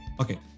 Okay